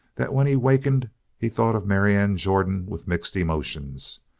that when he wakened he thought of marianne jordan with mixed emotions?